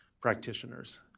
practitioners